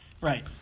Right